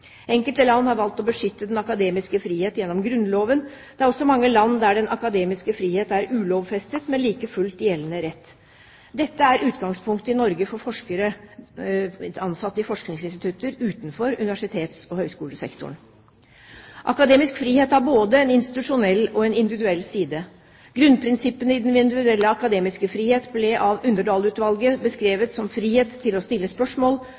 Enkelte land har valgt å beskytte den akademiske frihet gjennom grunnloven. Det er også mange land der den akademiske frihet er ulovfestet, men like fullt gjeldende rett. Dette er utgangspunktet i Norge for forskere ansatt i forskningsinstitutter utenfor universitets- og høyskolesektoren. Akademisk frihet har både en institusjonell og en individuell side. Grunnprinspippene i den individuelle akademiske frihet ble av Underdal-utvalget beskrevet som frihet til å stille spørsmål,